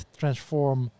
transform